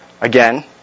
again